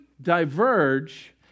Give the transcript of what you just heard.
diverge